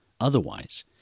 Otherwise